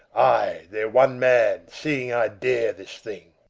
aye, their one man, seeing i dare this thing!